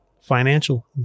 Financial